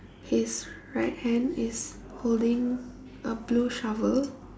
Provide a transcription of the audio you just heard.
his right hand is holding a blue shovel